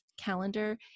calendar